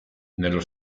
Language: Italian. nello